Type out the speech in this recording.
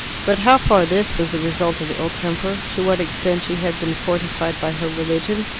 but how far this was the result of ill-temper, to what extent she had been fortified by her religion,